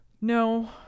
No